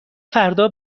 فردا